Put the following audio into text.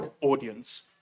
audience